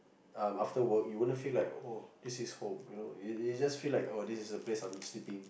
um after work you wouldn't feel like oh this is home you know you would just feel like this is a place I'm sleeping